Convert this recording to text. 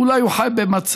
אולי הוא חי במצב